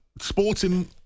sporting